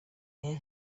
hear